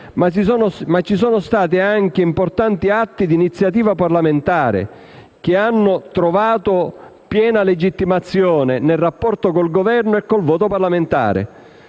governativa. Importanti atti d'iniziativa parlamentare hanno trovato piena legittimazione nel rapporto con il Governo e con il voto parlamentare.